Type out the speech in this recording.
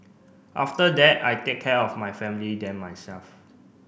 after that I take care of my family then myself